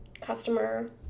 customer